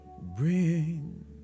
bring